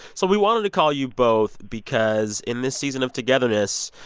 so we wanted to call you both because in this season of togetherness,